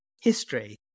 history